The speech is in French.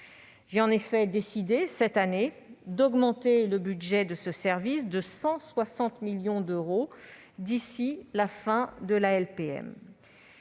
J'ai décidé cette année d'augmenter le budget de ce service de 160 millions d'euros d'ici à la fin de la LPM.